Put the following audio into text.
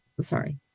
sorry